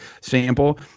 sample